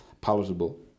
palatable